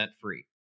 free